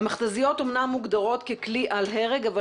המכת"זיות אמנם מוגדרות ככלי אל-הרג אבל